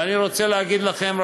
ואני רוצה להגיד לכם,